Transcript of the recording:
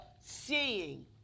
seeing